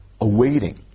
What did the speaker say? awaiting